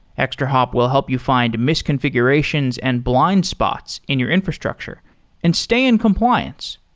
extrahop will help you find misconfigurations and blind spots in your infrastructure and stay in compliance.